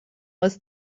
was